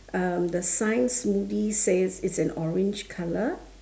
um the sign smoothie says it's an orange colour